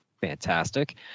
fantastic